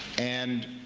and